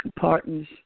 partners